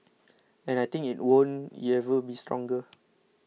and I think it won't ever be stronger